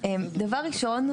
דבר ראשון,